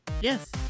yes